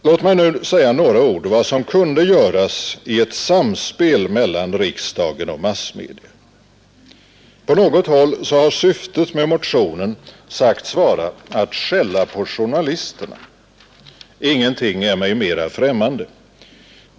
Låt mig nu säga några ord om vad som kunde göras i ett samspel mellan riksdagen och massmedia. På något håll har syftet med motionen 47 sagts vara att skälla på journalisterna. Ingenting är mig mera främmande.